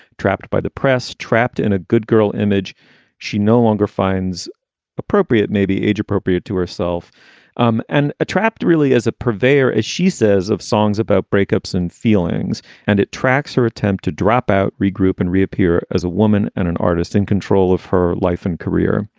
trapped by the press, trapped in a good girl image she no longer finds appropriate. maybe age appropriate to herself um and a trapped really as a purveyor, as she says of songs about breakups and feelings. and it tracks her attempt to drop out, regroup and reappear as a woman and an artist in control of her life and career.